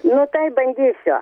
nu taip bandysiu